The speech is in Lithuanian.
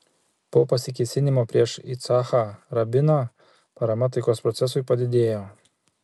po pasikėsinimo prieš icchaką rabiną parama taikos procesui padidėjo